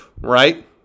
right